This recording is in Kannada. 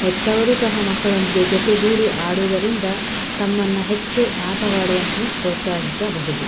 ಹೆತ್ತವರೂ ಸಹ ಮಕ್ಕಳೊಂದಿಗೆ ಜೊತೆಗೂಡಿ ಆಡುವುದರಿಂದ ತಮ್ಮನ್ನು ಹೆಚ್ಚು ಆಟವಾಡುವಂತೆ ಪ್ರೋತ್ಸಾಹಿಸಬಹುದು